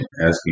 asking